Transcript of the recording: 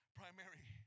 primary